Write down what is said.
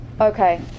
Okay